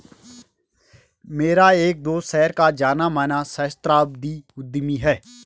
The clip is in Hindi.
मेरा एक दोस्त शहर का जाना माना सहस्त्राब्दी उद्यमी है